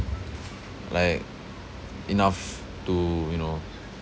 like enough to you know